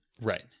Right